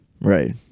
Right